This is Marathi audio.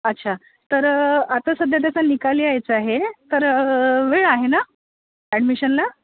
अच्छा तर आता सध्या त्याचा निकाल यायचा आहे तर वेळ आहे ना ॲडमिशनला